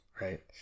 Right